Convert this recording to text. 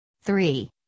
Three